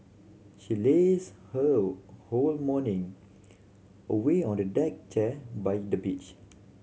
she lazed her whole morning away on a deck chair by the beach